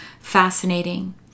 fascinating